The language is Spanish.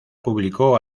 publicó